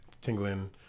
Tingling